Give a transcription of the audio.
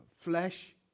flesh